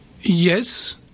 Yes